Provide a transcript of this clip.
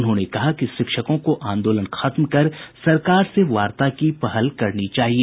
उन्होंने कहा कि शिक्षकों को आंदोलन खत्म कर सरकार से वार्ता की पहल करनी चाहिए